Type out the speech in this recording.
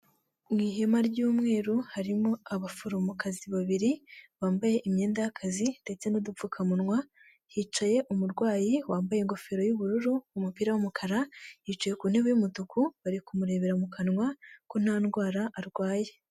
Mu ihema ry'umweru harimo abaforomokazi babiri bambaye imyenda y'akazi ndetse n'udupfukamunwa, hicaye umurwayi wambaye ingofero y'ubururu, umupira w'umukara, yicaye ku ntebe y'umutuku bari kumurebera mu kanwa ko nta ndwara arwaye.